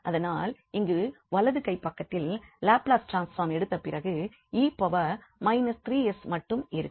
அதனால் இங்கு வலது கைப்பக்கத்தில் லாப்லஸ் ட்ரான்ஸ்பார்ம் எடுத்த பிறகு 𝑒−3𝑠 மட்டும் இருக்கும்